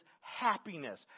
happiness